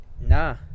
Nah